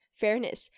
fairness